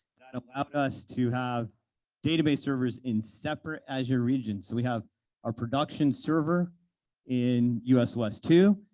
that helped us to have database servers in separate azure regions. so we have our production server in us west two,